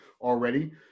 already